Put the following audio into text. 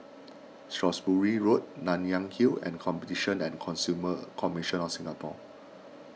Shrewsbury Road Nanyang Hill and Competition and Consumer Commission of Singapore